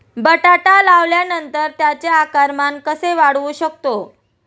बटाटा लावल्यानंतर त्याचे आकारमान कसे वाढवू शकतो?